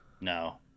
No